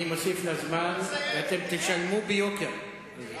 אני מוסיף לה זמן, אתם תשלמו ביוקר על זה.